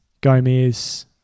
Gomez